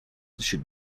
should